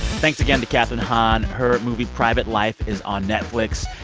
thanks again to kathryn hahn. her movie private life is on netflix.